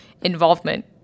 involvement